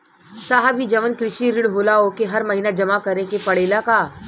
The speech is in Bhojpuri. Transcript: साहब ई जवन कृषि ऋण होला ओके हर महिना जमा करे के पणेला का?